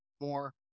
more